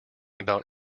about